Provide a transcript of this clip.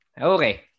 Okay